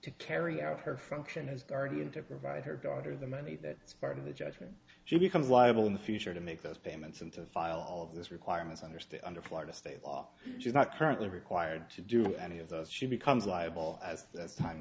to carry out her from action as guardian to provide her daughter the money that's part of the judgment she becomes liable in the future to make those payments and to file all of this requirements under state under florida state law she's not currently required to do any of those she becomes liable as time